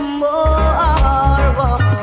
more